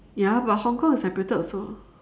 ya but hong-kong is separated also